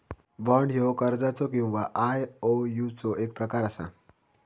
bond ह्यो कर्जाचो किंवा आयओयूचो एक प्रकार असा